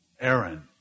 Aaron